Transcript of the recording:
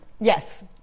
Yes